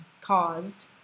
caused